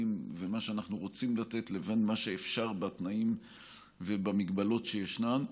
ומה שאנחנו רוצים לתת לבין מה שאפשר בתנאים ובמגבלות שישנן.